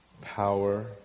power